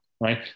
right